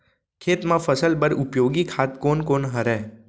खेत म फसल बर उपयोगी खाद कोन कोन हरय?